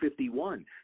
51